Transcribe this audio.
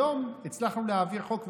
היום הצלחנו להעביר חוק,